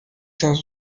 cent